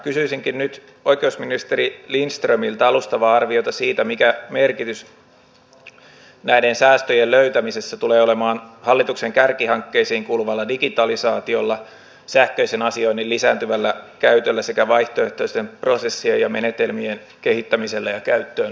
kysyisinkin nyt oikeusministeri lindströmiltä alustavaa arviota siitä mikä merkitys näiden säästöjen löytämisessä tulee olemaan hallituksen kärkihankkeisiin kuuluvalla digitalisaatiolla sähköisen asioinnin lisääntyvällä käytöllä sekä vaihtoehtoisten prosessien ja menetelmien kehittämisellä ja käyttöönotolla